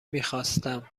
میخواستم